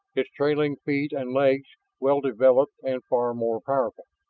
its trailing feet and legs well developed and far more powerful.